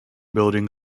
building